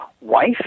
wife